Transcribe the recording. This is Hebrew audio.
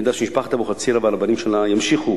אני יודע שמשפחת אבוחצירא והרבנים שלה ימשיכו,